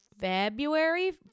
February